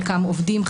חלקם עובדים,